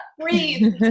breathe